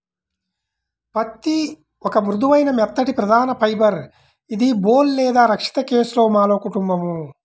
పత్తిఒక మృదువైన, మెత్తటిప్రధానఫైబర్ఇదిబోల్ లేదా రక్షిత కేస్లోమాలో కుటుంబం